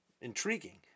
Intriguing